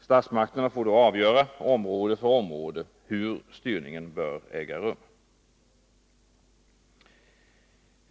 Statsmakterna får då avgöra — område för område — hur styrningen bör äga rum.